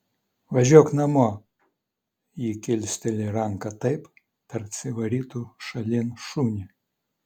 važiuok namo ji kilsteli ranką taip tarsi varytų šalin šunį